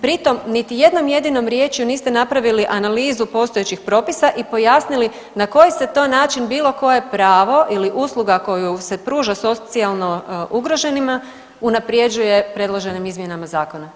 Pritom niti jednom jedinom riječju niste napravili analizu postojećih propisa i pojasnili na koji se to način bilo koje pravo ili usluga koju se pruža socijalno ugroženima unaprjeđuje predloženim izmjenama zakona.